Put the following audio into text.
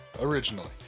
originally